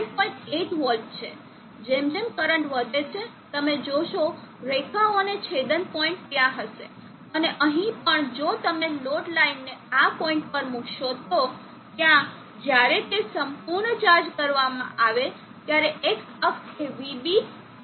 8 volt છે જેમ જેમ કરંટ વધે છે તમે જોશો રેખાઓનો છેદન પોઈન્ટ ત્યાં હશે અને અહીં પણ જો તમે લોડ લાઇન ને આ પોઈન્ટ પર મુકશો તો ત્યાં જ્યારે તે સંપૂર્ણ ચાર્જ કરવામાં આવે ત્યારે x અક્ષ એ VB 14